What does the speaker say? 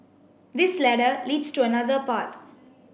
this ladder leads to another path